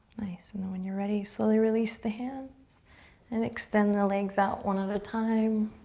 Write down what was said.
nice, and then when you're ready, slowly release the hands and extend the legs out one at a time.